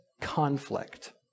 conflict